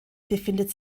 befindet